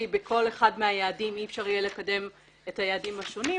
בכל אחד מהיעדים אי אפשר יהיה לקדם את היעדים השונים.